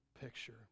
picture